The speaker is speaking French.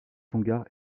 tonga